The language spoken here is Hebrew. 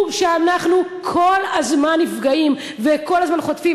שאנחנו כל הזמן נפגעים וכל הזמן חוטפים.